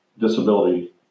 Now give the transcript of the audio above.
disability